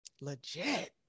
legit